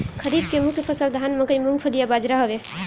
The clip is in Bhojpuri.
खरीफ के मुख्य फसल धान मकई मूंगफली आ बजरा हवे